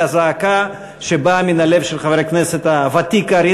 לזעקה שבאה מן הלב של חבר הכנסת הוותיק אריה